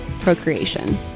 procreation